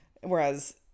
Whereas